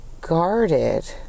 guarded